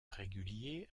régulier